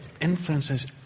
influences